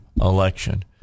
election